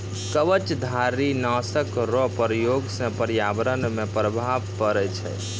कवचधारी नाशक रो प्रयोग से प्रर्यावरण मे प्रभाव पड़ै छै